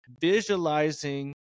visualizing